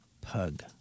pug